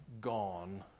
gone